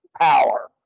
power